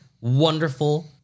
wonderful